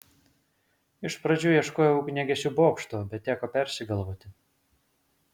iš pradžių ieškojau ugniagesių bokšto bet teko persigalvoti